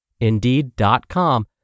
Indeed.com